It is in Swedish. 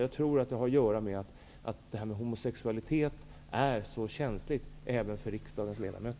Jag tror att det beror på att homosexualitet är känsligt även för riksdagens ledamöter.